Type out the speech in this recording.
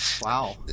Wow